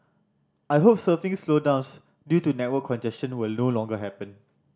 I hope surfing slowdowns due to network congestion will no longer happen